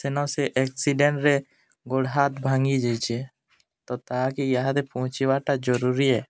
ସେନ ସେ ଆକ୍ସିଡ଼େଣ୍ଟରେ ଗୋଡ଼ ହାତ ଭାଙ୍ଗିଯାଇଛେ ତ ତାହାକି ଇହାଦେ ପହଞ୍ଚିବାଟା ଜରୁରୀ ଏ